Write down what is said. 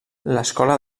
l’escola